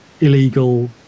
illegal